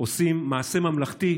עושים מעשה ממלכתי,